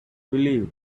believe